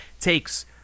takes